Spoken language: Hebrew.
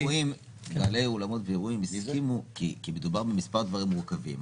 בעלי אולמות ואירועים הסכימו כי מדובר במספר דברים מורכבים.